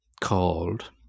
called